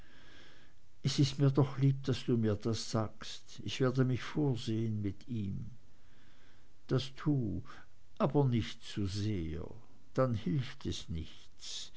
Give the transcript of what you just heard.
es ist mir doch lieb daß du mir das sagst ich werde mich vorsehen mit ihm das tu aber nicht zu sehr dann hilft es nichts